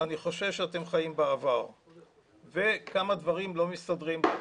אני חושב שאתם חיים בעבר וכמה דברים לא מסתדרים לי.